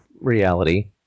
reality